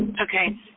Okay